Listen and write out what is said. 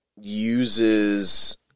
uses